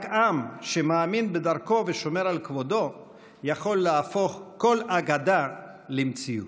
רק עם שמאמין בדרכו ושומר על כבודו יכול להפוך כל אגדה למציאות,